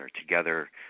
together